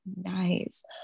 Nice